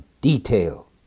detail